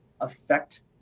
affect